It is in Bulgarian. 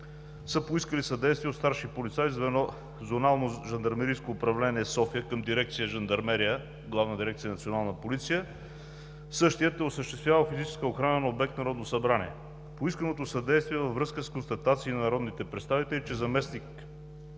са поискали съдействие от старши полицай, звено „Зонално жандармерийско управление“ – София, към дирекция „Жандармерия“, Главна дирекция „Национална полиция“. Същият е осъществявал физическа охрана на обект „Народно събрание“. Поисканото съдействие е във връзка с констатации на народните представители, че заместник